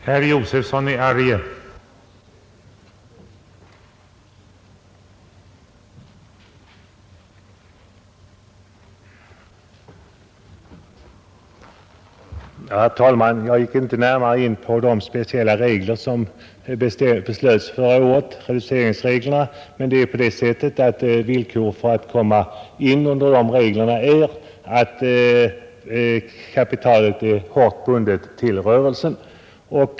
Herr talman! Jag gick inte närmare in på de speciella reduceringsregler som beslöts förra året, men villkoret för att komma in under de reglerna är ju att kapitalet är hårt bundet till rörelsen.